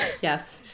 Yes